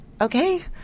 okay